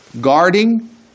guarding